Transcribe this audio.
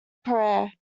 pierre